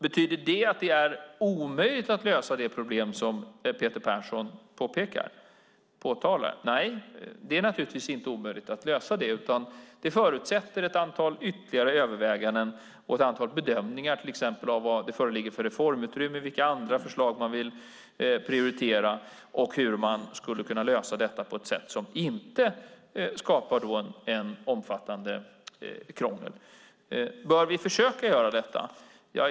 Betyder det att det är omöjligt att lösa det problem som Peter Persson påtalar? Nej, det är naturligtvis inte omöjligt att lösa det. Men det förutsätter ett antal ytterligare överväganden och ett antal bedömningar, till exempel av vilket reformutrymme som föreligger, vilka andra förslag man vill prioritera och hur man skulle kunna lösa detta på ett sätt som inte skapar omfattande krångel. Bör vi försöka göra detta?